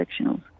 sectionals